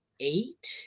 eight